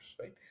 right